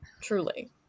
truly